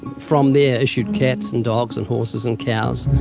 from there issued cats and dogs and horses and cows,